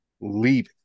leave